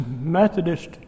Methodist